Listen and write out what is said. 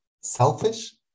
selfish